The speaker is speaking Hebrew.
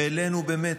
והעלינו, באמת,